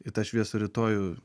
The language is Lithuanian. į tą šviesų rytojų